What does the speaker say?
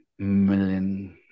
million